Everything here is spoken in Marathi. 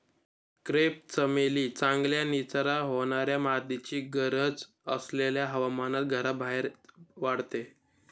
क्रेप चमेली चांगल्या निचरा होणाऱ्या मातीची गरज असलेल्या हवामानात घराबाहेर वाढते